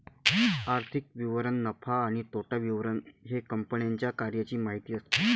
आर्थिक विवरण नफा आणि तोटा विवरण हे कंपन्यांच्या कार्याची माहिती असते